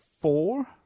four